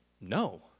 no